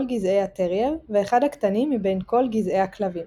גזעי הטרייר ואחד הקטנים מבין כל גזעי הכלבים.